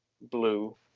blue